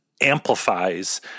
amplifies